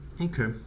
Okay